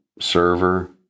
server